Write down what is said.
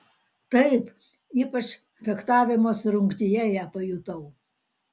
taip ypač fechtavimosi rungtyje ją pajutau